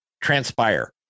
transpire